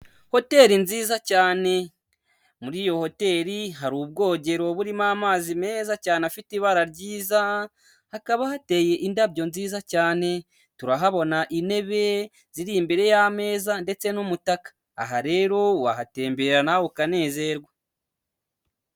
Hoteli nziza cyane, muri iyo hoteli hari ubwogero burimo amazi meza cyane afite ibara ryiza hakaba hateye indabyo nziza cyane, turahabona intebe ziri imbere y'ameza ndetse n'umutaka, aha rero wahatembera nawe ukanezerwa.